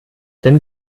denn